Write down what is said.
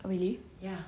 oh really